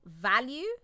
value